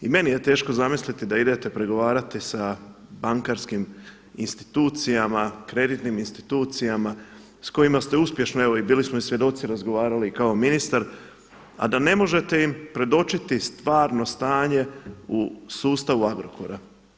I meni je teško zamisliti da idete pregovarati sa bankarskim institucijama, kreditnim institucijama sa kojima ste uspješno evo i bili smo i svjedoci, razgovarali i kao ministar a da ne možete im predočiti stvarno stanje u sustavu Agrokora.